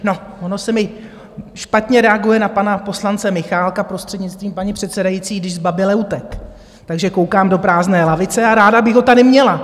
No, ono se mi špatně reaguje na pana poslance Michálka, prostřednictvím paní předsedající, když zbaběle utekl, takže koukám do prázdné lavice a ráda bych ho tady měla.